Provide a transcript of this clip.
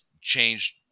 changed